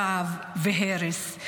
רעב והרס.